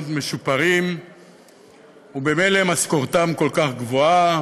משופרים וממילא משכורתם כל כך גבוהה